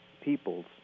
peoples